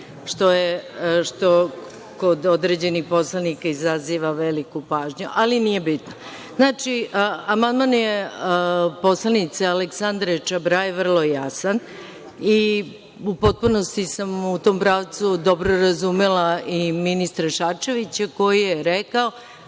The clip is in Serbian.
dobacuje, što kod određenih poslanika izaziva veliku pažnju. Ali, nije bitno. Znači, amandman poslanice Aleksandre Čabraje je vrlo jasan i u potpunosti sam u tom pravcu dobro razumela i ministra Šarčevića koji je rekao